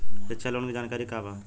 शिक्षा लोन के जानकारी का बा?